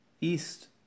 east